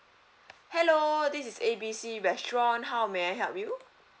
hello this is A B C restaurant how may I help you